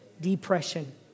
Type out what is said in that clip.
depression